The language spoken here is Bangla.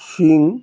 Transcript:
সিং